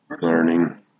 Learning